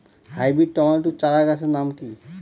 Hybrid tomato চারাগাছের নাম কি?